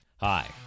Hi